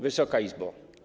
Wysoka Izbo!